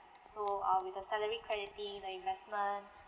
so uh with the salary crediting the investment